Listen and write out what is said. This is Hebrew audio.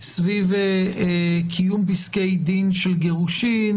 סביב קיום פסקי דין של גירושין,